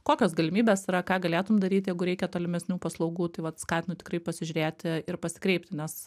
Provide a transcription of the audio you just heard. kokios galimybės yra ką galėtum daryt jeigu reikia tolimesnių paslaugų taip vat skatinu tikrai pasižiūrėti ir pasikreipti nes